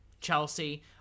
Chelsea